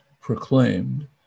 proclaimed